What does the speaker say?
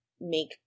make